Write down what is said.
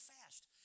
fast